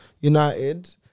United